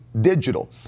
digital